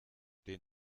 den